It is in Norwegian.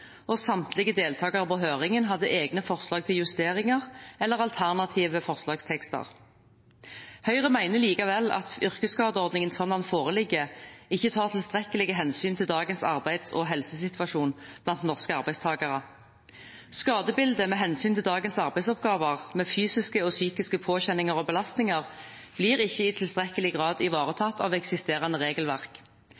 og samtlige deltakere på høringen hadde egne forslag til justeringer eller alternative forslagstekster. Høyre mener likevel at yrkesskadeordningen, slik den foreligger, ikke tar tilstrekkelig hensyn til dagens arbeids- og helsesituasjon blant norske arbeidstakere. Skadebildet med hensyn til dagens arbeidsoppgaver, med fysiske og psykiske påkjenninger og belastninger, blir ikke i tilstrekkelig grad